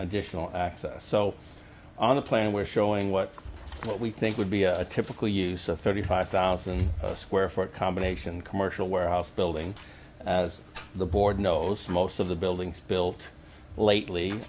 additional access so on the plan we're showing what what we think would be a typical use of thirty five thousand square foot combination commercial warehouse building as the board knows most of the buildings built lately